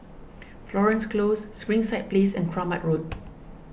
Florence Close Springside Place and Kramat Road